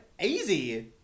Easy